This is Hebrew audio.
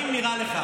האם נראה לך,